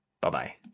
Bye-bye